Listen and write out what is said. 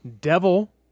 Devil